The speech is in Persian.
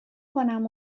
کنم